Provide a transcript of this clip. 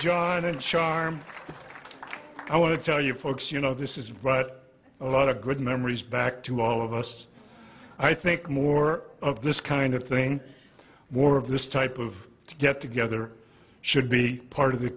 john and charm i want to tell you folks you know this is but a lot of good memories back to all of us i think more of this kind of thing more of this type of to get together should be part of the